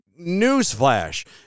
Newsflash